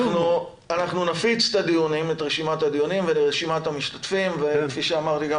אנחנו נפיץ את רשימת הדיונים והמשתתפים וכפי שאמרתי גם